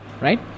right